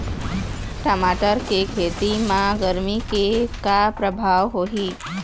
टमाटर के खेती म गरमी के का परभाव होही?